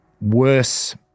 worse